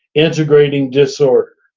integrating disorder.